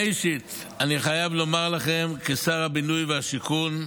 ראשית, אני חייב לומר לכם כשר הבינוי והשיכון: